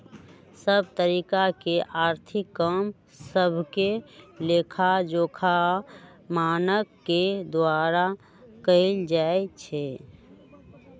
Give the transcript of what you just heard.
सभ तरिका के आर्थिक काम सभके लेखाजोखा मानक के द्वारा कएल जाइ छइ